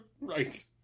Right